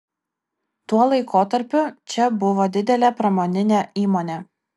tuo laikotarpiu čia buvo didelė pramoninė įmonė